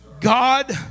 God